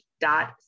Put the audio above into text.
dot